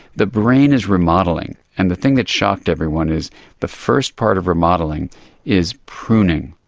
the brain is remodelling. and the thing that shocked everyone is the first part of remodelling is pruning,